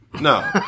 No